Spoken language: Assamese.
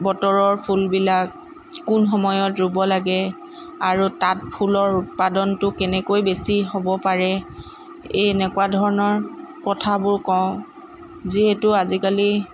বতৰৰ ফুলবিলাক কোন সময়ত ৰুব লাগে আৰু তাত ফুলৰ উৎপাদনটো কেনেকৈ বেছি হ'ব পাৰে এই এনেকুৱা ধৰণৰ কথাবোৰ কওঁ যিহেতু আজিকালি